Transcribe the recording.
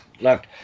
look